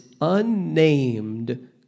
unnamed